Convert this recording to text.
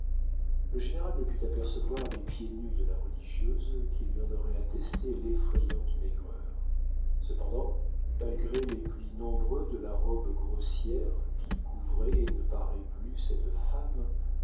le général ne put apercevoir les pieds nus de la religieuse qui lui en auraient attesté l'effrayante maigreur cependant malgré les plis nombreux de la robe grossière qui couvrait et ne parait plus cette femme